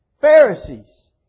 Pharisees